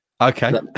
Okay